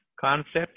Concept